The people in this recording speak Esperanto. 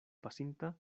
pasinta